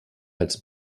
als